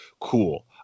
cool